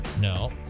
No